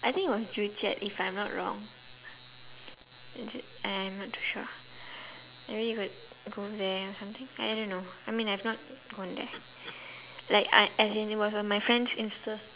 I think it was joo-chiat if I'm not wrong is it I'm not too sure maybe you could go there or something uh I don't know I mean I've not gone there like I as in it was on my friend's insta